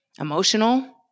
emotional